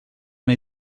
una